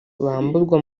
bamburwa